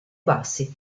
bassi